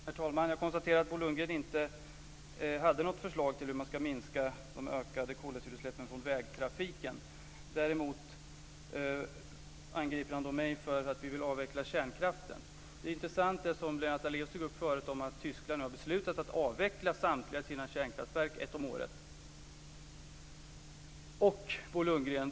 Herr talman! Jag konstaterar att Bo Lundgren inte hade något förslag till hur man ska minska de ökade koldioxidutsläppen från vägtrafiken. Däremot angriper han mig för att vi vill avveckla kärnkraften. Det är intressant med det Lennart Daléus tog upp förut, nämligen att man i Tyskland har beslutat att avveckla samtliga kärnkraftverk - ett om året. Bo Lundgren!